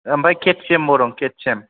ओमफ्राय K T M बो दं के थि एम